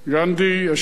השם ייקום דמו,